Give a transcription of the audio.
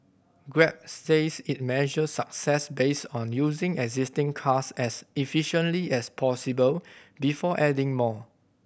grab says it measures success based on using existing cars as efficiently as possible before adding more